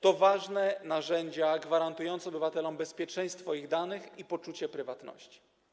To ważne narzędzia gwarantujące obywatelom bezpieczeństwo ich danych i poczucie prywatności.